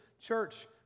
church